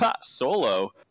Solo